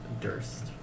Durst